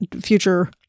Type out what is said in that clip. future